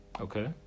Okay